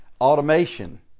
automation